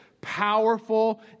powerful